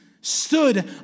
stood